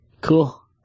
Cool